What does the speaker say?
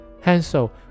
Hansel